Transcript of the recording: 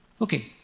Okay